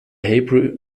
hebrew